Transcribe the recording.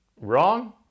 wrong